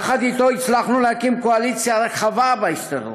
יחד אתו הצלחנו להקים קואליציה רחבה בהסתדרות,